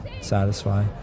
satisfy